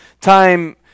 time